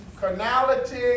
carnality